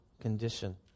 condition